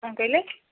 କ'ଣ କହିଲେ